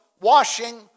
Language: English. washing